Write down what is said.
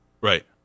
Right